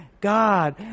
God